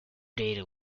data